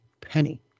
penny